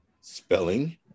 spelling